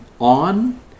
on